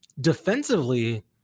defensively